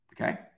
Okay